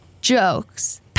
Jokes